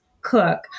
cook